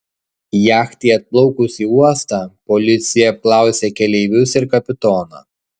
jachtai atplaukus į uostą policija apklausė keleivius ir kapitoną